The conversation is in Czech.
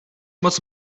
moc